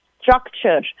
structure